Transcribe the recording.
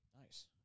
Nice